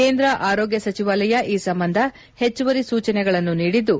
ಕೇಂದ್ರ ಆರೋಗ್ಗ ಸಚಿವಾಲಯ ಈ ಸಂಬಂಧ ಹೆಚ್ಚುವರಿ ಸೂಚನೆಗಳನ್ನು ನೀಡಿದ್ದು